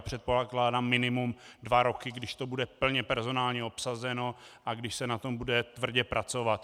Předpokládám minimum dva roky, když to bude plně personálně obsazeno a když se na tom bude tvrdě pracovat.